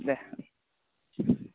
दे